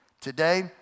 Today